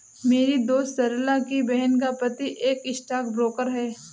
मेरी दोस्त सरला की बहन का पति एक स्टॉक ब्रोकर है